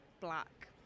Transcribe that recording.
black